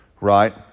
Right